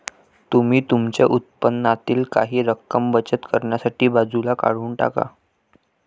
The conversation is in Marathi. तुम्ही तुमच्या उत्पन्नातील काही रक्कम बचत करण्यासाठी बाजूला काढून टाका